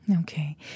Okay